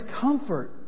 comfort